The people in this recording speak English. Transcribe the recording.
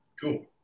Cool